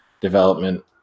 development